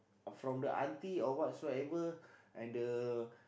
from the auntie or whatsoever and the